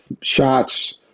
shots